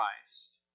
Christ